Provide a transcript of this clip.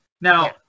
Now